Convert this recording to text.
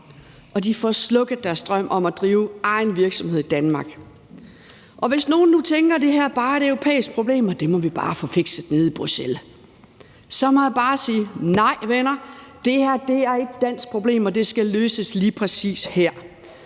og de får slukket deres drøm om at drive egen virksomhed i Danmark. Hvis nogen nu tænker, at det her bare er et europæisk problem, og at vi bare må få det fikset nede i Bruxelles, så må jeg bare sige: Nej, venner, det her er et dansk problem, og det skal løses lige præcis her.